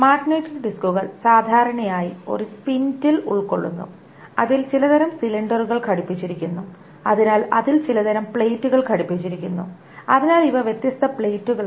magnetic ഡിസ്കുകൾ സാധാരണയായി ഒരു സ്പിൻഡിൽ ഉൾക്കൊള്ളുന്നു അതിൽ ചില തരം സിലിണ്ടറുകൾ ഘടിപ്പിച്ചിരിക്കുന്നു അതിനാൽ അതിൽ ചില തരം പ്ലേറ്റുകൾ ഘടിപ്പിച്ചിരിക്കുന്നു അതിനാൽ ഇവ വ്യത്യസ്ത പ്ലേറ്റുകളാണ്